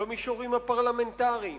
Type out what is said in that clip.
במישורים הפרלמנטריים,